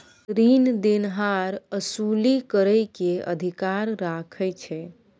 रीन देनहार असूली करइ के अधिकार राखइ छइ